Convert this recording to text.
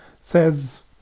says